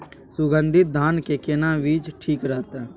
सुगन्धित धान के केना बीज ठीक रहत?